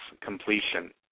completion